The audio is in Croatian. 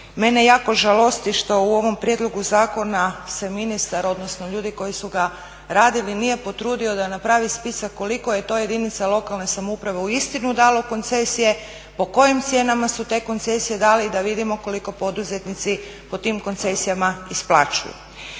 Mene jako žalosti što u ovom prijedlogu zakona se ministar, odnosno ljudi koji su ga radili nije potrudio da napravi spisak koliko je to jedinica lokalne samouprave uistinu dalo koncesije, po kojim cijenama su te koncesije dali i da vidimo koliko poduzetnici po tim koncesijama isplaćuje.